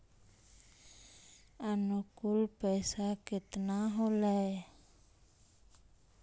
अनुकुल पैसा केतना होलय